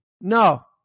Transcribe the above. No